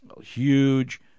huge